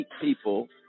people